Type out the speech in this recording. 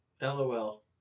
Lol